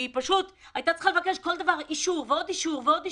שפשוט הייתה צריכה לבקש על כל דבר אישור ועוד אישור ועוד אישור.